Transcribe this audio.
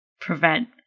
prevent